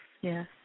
yes